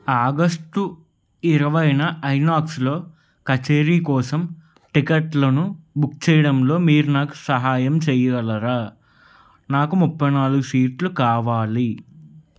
August ఇరవైన ఐనాక్స్లో కచేరీ కోసం టికట్లను బుక్ చేయడంలో మీరు నాకు సహాయం చేయగలరా నాకు ముప్పై నాలుగు సీట్లు కావాలి